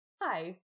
Hi